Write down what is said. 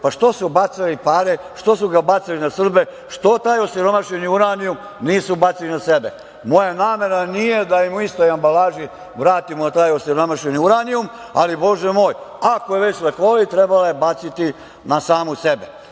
pa što su bacali pare, što su ga bacali na Srbe? Što taj osiromašeni uranijum nisu bacili na sebe? Moj namera nije da im u istoj ambalaži vratimo taj osiromašeni uranijum, ali, Bože moj, ako je već lekovit, trebalo ga je baciti na samu sebe. Ono